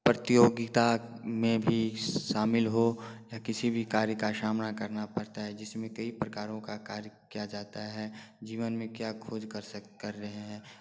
प्रतियोगिता में भी शामिल हो या किसी भी कार्य का सामना करना पड़ता है जिसमें कई प्रकारों का कार्य किया जाता है जीवन में क्या खोज कर सक कर रहे हैं